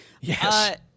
Yes